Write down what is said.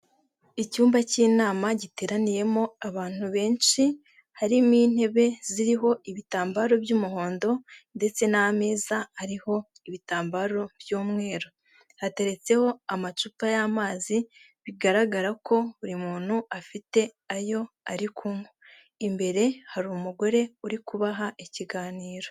Icyumba cy'inama giteraniyemo abantu benshi, harimo intebe ziriho ibitambaro by'umuhondo ndetse n'amezaza ariho ibitambaro by'umweru. Hateretseho amacupa y'amazi, bigaragara ko buri muntu afite ayo ari kunywa. Imbere hari umugore uri kubaha ikiganiro.